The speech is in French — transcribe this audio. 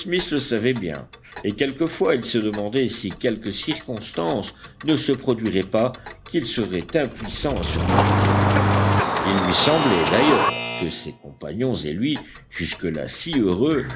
le savait bien et quelquefois il se demandait si quelque circonstance ne se produirait pas qu'ils seraient impuissants à surmonter il lui semblait d'ailleurs que ses compagnons et lui jusque-là si heureux